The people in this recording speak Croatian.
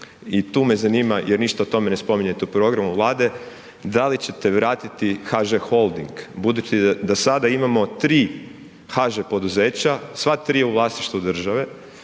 i tu me zanima jer ništa o tome ne spominjete u programu Vlade, da li ćete vratiti HŽ Holding budući da sada imamo 3 HŽ poduzeća, sva 3 u vlasništvu države,